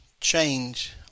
change